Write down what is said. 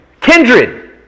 Kindred